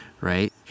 Right